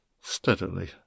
steadily